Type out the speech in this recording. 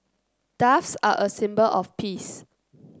doves are a symbol of peace